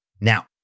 Now